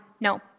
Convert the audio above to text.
No